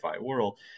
world